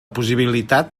possibilitat